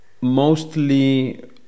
mostly